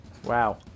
Wow